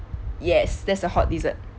yes that's a hot desert